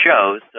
shows